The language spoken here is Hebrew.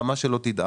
הרמה שלו תדעך.